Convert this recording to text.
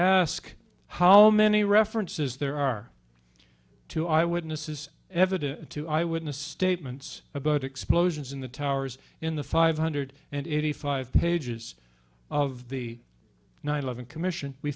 ask how many references there are two eyewitnesses evidence to eyewitness statements about explosions in the towers in the five hundred and eighty five pages of the nine eleven commission we